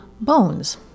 bones